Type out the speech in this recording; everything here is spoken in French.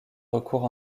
recours